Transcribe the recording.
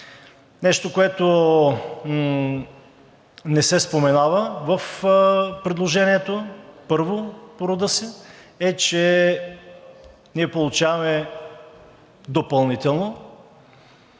Нещо, което не се споменава в предложението – първо по рода си, е, че ние получаваме допълнително